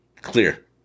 Clear